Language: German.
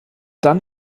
dann